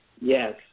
Yes